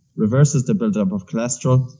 reverses the build-up of cholesterol.